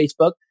Facebook